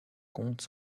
compte